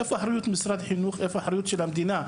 איפה אחריות משרד החינוך, איפה האחריות של המדינה?